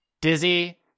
Dizzy